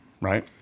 Right